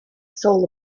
soul